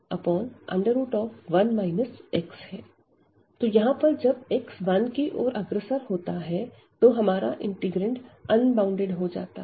तो यहां पर जब x 1 की ओर अग्रसर होता है तो हमारा इंटीग्रैंड अनबॉउंडेड हो जाता है